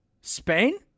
Spain